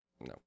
no